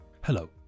Hello